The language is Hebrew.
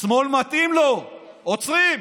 לשמאל מתאים, עוצרים.